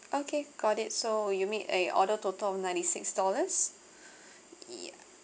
okay got it so you made a order total of ninety six dollars ya